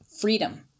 freedom